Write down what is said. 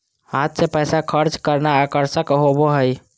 हाथ से पैसा खर्च करना आकर्षक होबो हइ